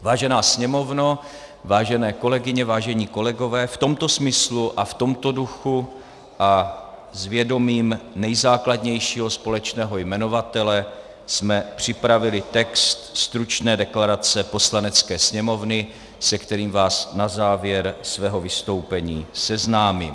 Vážená Sněmovno, vážené kolegyně, vážení kolegové, v tomto smyslu a v tomto duchu a s vědomím nejzákladnějšího společného jmenovatele jsme připravili text stručné deklarace Poslanecké sněmovny, se kterým vás na závěr svého vystoupení seznámím.